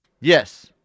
yes